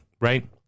right